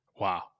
Wow